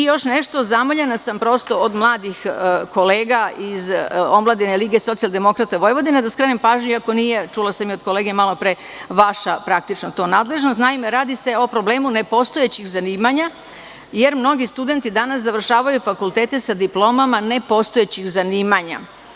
Još nešto, zamoljena sam prosto od mladih kolega iz Omladine lige Socijaldemokrata Vojvodine da skrenem pažnju, iako nije, čula sam i od kolega malopre, to vaša nadležnost, radi se o problemu nepostojećih zanimanja, jer mnogi studenti danas završavaju fakultete sa diplomama nepostojećih zanimanja.